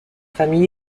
famille